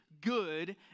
good